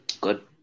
good